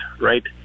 right